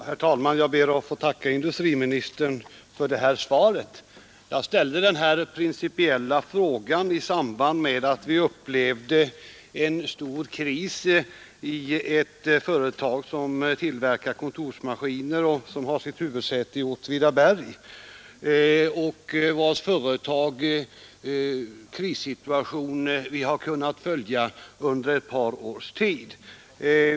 Herr talman! Jag ber att få tacka industriministern för svaret. Jag ställde den här principiella frågan i samband med att vi upplevde en stor kris i ett företag som tillverkar kontorsmaskiner och som har sitt huvudsäte i Åtvidaberg — en krissituation som vi har kunnat följa under ett par års tid.